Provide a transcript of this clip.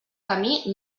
camí